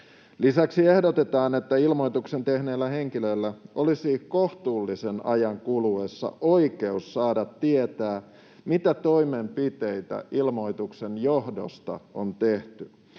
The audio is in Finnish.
Lisäksi ehdotetaan, että ilmoituksen tehneellä henkilöllä olisi kohtuullisen ajan kuluessa oikeus saada tietää, mitä toimenpiteitä ilmoituksen johdosta on tehty,